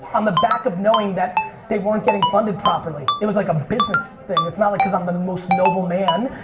on the back of knowing they weren't getting funded properly. it was like a business thing, it's not like cause i'm the most noble man.